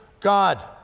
God